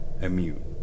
immune